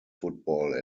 football